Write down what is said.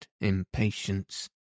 impatience